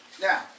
now